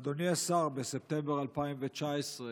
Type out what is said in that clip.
אדוני השר, בספטמבר 2019,